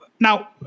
Now